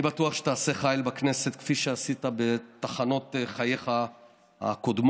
אני בטוח שתעשה חיל בכנסת כפי שעשית בתחנות חייך הקודמות